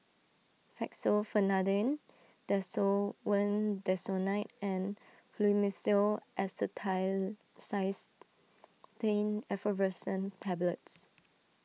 Fexofenadine Desowen Desonide and Fluimucil Acetylcysteine Effervescent Tablets